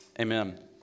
Amen